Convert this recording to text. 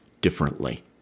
differently